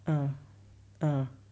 uh uh